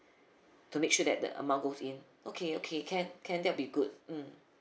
to make sure that the amount goes in okay okay can can that will be good mm